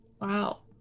Wow